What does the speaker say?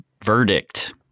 Verdict